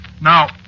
Now